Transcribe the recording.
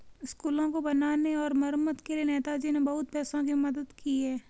स्कूलों को बनाने और मरम्मत के लिए नेताजी ने बहुत पैसों की मदद की है